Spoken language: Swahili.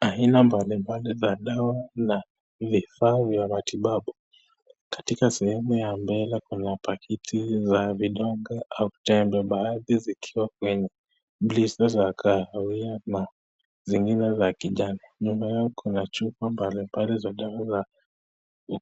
Aina mbali mbali za dawa na vifaa vya matibabu. Katika sehemu ya mbele kuna pakiti za vidonge au tembe baadhi zikiwa kwenye kahawia zingine za kijani. Nyuma ya kuna chupa mbali mbali za dawa za